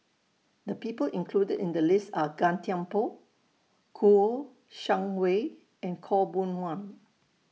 The People included in The list Are Gan Thiam Poh Kouo Shang Wei and Khaw Boon Wan